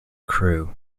crew